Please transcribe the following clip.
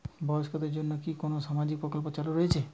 বয়স্কদের জন্য কি কোন সামাজিক প্রকল্প চালু রয়েছে?